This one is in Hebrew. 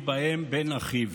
ובהם את בן אחיו.